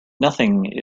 nothing